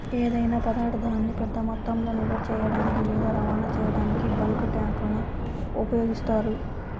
ఏదైనా పదార్థాన్ని పెద్ద మొత్తంలో నిల్వ చేయడానికి లేదా రవాణా చేయడానికి బల్క్ ట్యాంక్లను ఉపయోగిస్తారు